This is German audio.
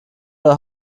oder